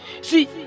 See